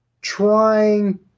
trying